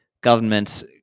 governments